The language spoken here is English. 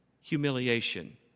humiliation